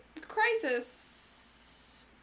crisis